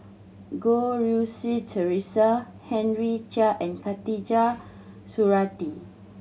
Goh Rui Si Theresa Henry Chia and Khatijah Surattee